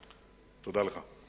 תודה לך.